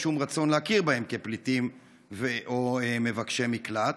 אין שום רצון להכיר בהם כפליטים או מבקשי מקלט,